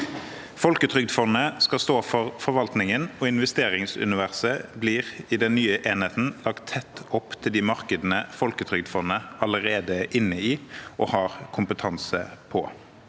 Folketrygdfondet skal stå for forvaltningen, og investeringsuniverset blir i den nye enheten lagt tett opp til de markedene Folketrygdfondet allerede er inne i og har kompetanse på.